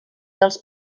dels